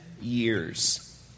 years